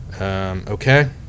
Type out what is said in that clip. Okay